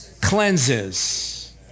Cleanses